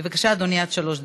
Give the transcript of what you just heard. בבקשה, אדוני, עד שלוש דקות.